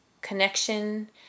connection